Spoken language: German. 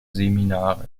seminare